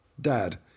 Dad